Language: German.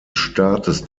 staates